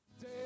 Day